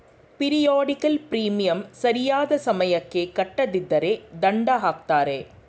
periodical premium ಸರಿಯಾದ ಸಮಯಕ್ಕೆ ಕಟ್ಟದಿದ್ದರೆ ದಂಡ ಹಾಕ್ತರೆ